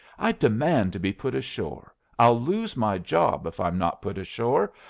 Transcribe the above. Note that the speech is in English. i demand to be put ashore. i'll lose my job if i'm not put ashore.